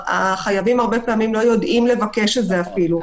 החייבים הרבה פעמים לא יודעים לבקש את זה אפילו.